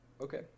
okay